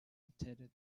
intended